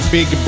Big